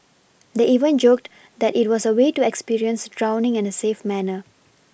they even joked that it was a way to experience drowning in a safe manner